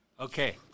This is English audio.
Okay